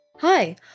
Hi